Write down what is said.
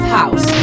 house